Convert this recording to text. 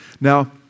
now